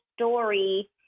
story